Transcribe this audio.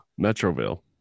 Metroville